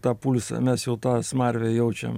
tą pulsą mes jau tą smarvę jaučiam